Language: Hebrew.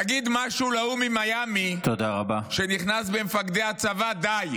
תגיד משהו להוא ממיאמי, שנכנס במפקדי הצבא, די.